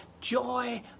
Joy